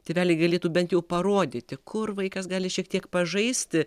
tėveliai galėtų bent jau parodyti kur vaikas gali šiek tiek pažaisti